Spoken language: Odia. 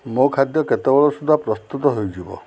ମୋ ଖାଦ୍ୟ କେତେବେଳେ ସୁଧା ପ୍ରସ୍ତୁତ ହେଇଯିବ